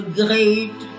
great